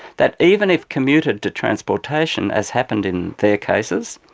that even if commuted to transportation, as happened in their cases,